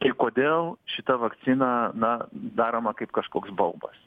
tai kodėl šita vakcina na daroma kaip kažkoks baubas